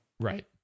Right